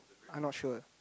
I'm not sure